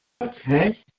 Okay